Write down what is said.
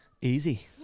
Easy